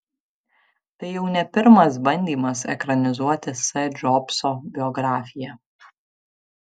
tai jau ne pirmas bandymas ekranizuoti s džobso biografiją